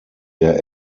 der